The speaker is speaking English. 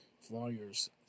Flyers